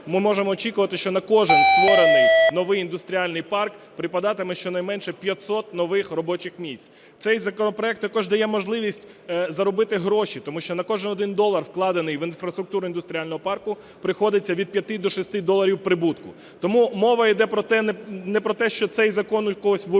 ми можемо очікувати, що на кожен створений новий індустріальний парк припадатиме щонайменше 500 нових робочих місць. Цей законопроект також дає можливість заробити гроші. Тому що на кожен один долар, вкладений в інфраструктуру індустріального парку, приходиться від 5 до 6 доларів прибутку. Тому мова йде не про те, що цей закон у когось ворує.